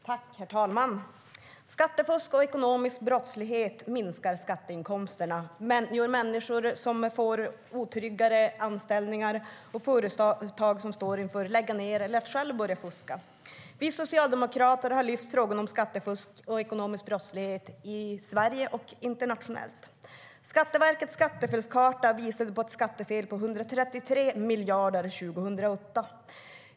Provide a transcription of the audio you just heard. Herr talman! Skattefusk och ekonomisk brottslighet minskar skatteintäkterna. Människor får otryggare anställningar, och företag står inför att lägga ned eller att själva börja fuska. Vi socialdemokrater har lyft frågan om skattefusk och ekonomisk brottslighet i Sverige och internationellt. Skatteverkets skattefelskarta visade på ett skattefel på 133 miljarder 2008.